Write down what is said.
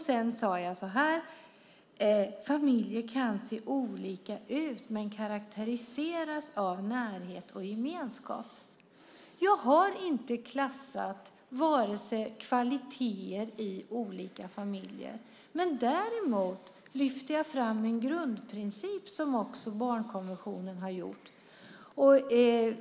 Sedan sade jag så här: Familjer kan se olika ut men karakteriseras av närhet och gemenskap. Jag har inte klassat kvaliteter i olika familjer. Däremot lyfte jag fram en grundprincip som också barnkonventionen har lyft fram.